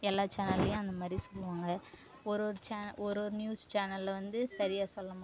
எல்லா சேனல்லேயும் அந்த மாதிரி சொல்வாங்க ஒரு ஒரு சேனல் ஒரு ஒரு நியூஸ் சேனலில் வந்து சரியாக சொல்ல மாட்டாங்க